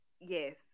Yes